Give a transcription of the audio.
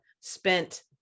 spent